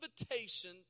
invitation